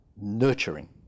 nurturing